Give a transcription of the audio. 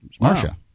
Marsha